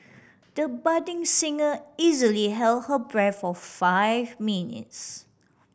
the budding singer easily held her breath for five minutes